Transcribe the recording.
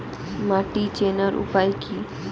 মাটি চেনার উপায় কি?